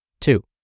Two